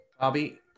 Bobby